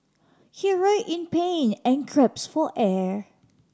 he writhed in pain and for air